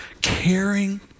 caring